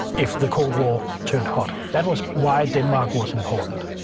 if the cold war turned hot, that was why denmark was important.